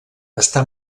està